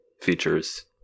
features